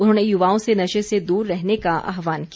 उन्होंने युवाओं से नशे से दूर रहने का आह्वान किया